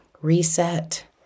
reset